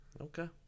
Okay